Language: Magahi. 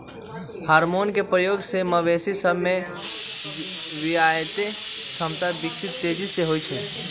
हार्मोन के प्रयोग से मवेशी सभ में बियायके क्षमता विकास तेजी से होइ छइ